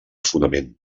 fonament